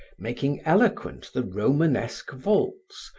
making eloquent the romanesque vaults,